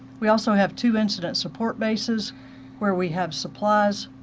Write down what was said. we also have two incidents support bases where we have supplies,